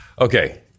Okay